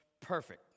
perfect